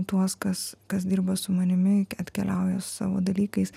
tuos kas kas dirba su manimi atkeliauja su savo dalykais